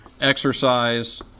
exercise